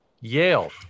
Yale